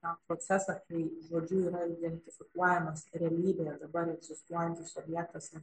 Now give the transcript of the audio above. tą procesą kai žodžiu yra identifikuojamas realybėje dabar egzistuojantis objektas ir